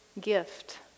gift